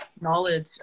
knowledge